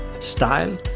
Style